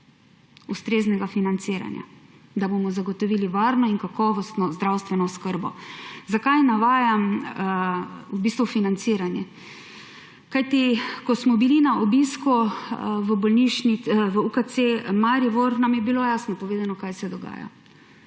ustreznega financiranja, da bomo zagotovili varno in kakovostno zdravstveno oskrbo. Zakaj navajam financiranje? Ko smo bili na obisku v UKC Maribor, nam je bilo jasno povedano, kaj se dogaja.